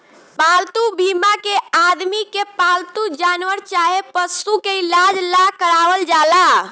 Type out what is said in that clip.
पालतू बीमा के आदमी के पालतू जानवर चाहे पशु के इलाज ला करावल जाला